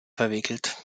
verwickelt